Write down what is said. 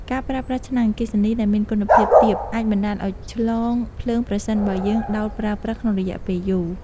ការប្រើប្រាស់ឆ្នាំងអគ្គិសនីដែលមានគុណភាពទាបអាចបណ្តាលឱ្យឆ្លងភ្លើងប្រសិនបើយើងដោតប្រើប្រាស់ក្នុងរយៈពេលយូរ។